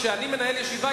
כשאני מנהל ישיבה,